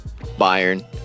Bayern